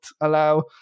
allow